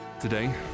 Today